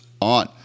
on